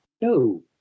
No